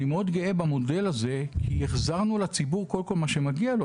אני מאוד גאה במודל הזה כי החזרנו לציבור את מה שמגיע לו,